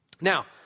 Now